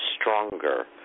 stronger